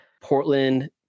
Portland